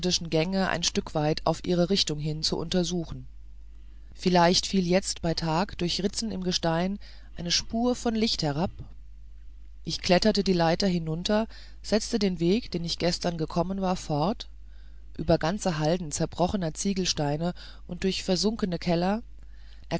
gänge ein stück weit auf ihre richtung hin zu untersuchen vielleicht fiel jetzt bei tag durch ritzen im gestein eine spur von licht hinab ich kletterte die leiter hinunter setzte den weg den ich gestern gekommen war fort über ganze halden zerbrochener ziegelsteine und durch versunkene keller